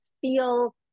feel